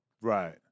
Right